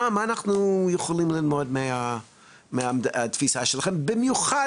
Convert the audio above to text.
מה אנחנו יכולים ללמוד מהתפיסה שלכם ובמיוחד